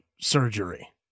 surgery